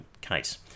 case